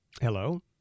Hello